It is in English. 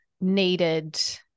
needed